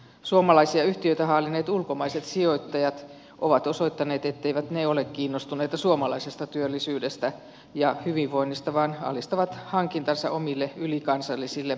suomalaisia yhtiöitä haalineet ulkomaiset sijoittajat ovat osoittaneet etteivät ne ole kiinnostuneita suomalaisesta työllisyydestä ja hyvinvoinnista vaan alistavat hankintansa omille ylikansallisille konsernistrategioilleen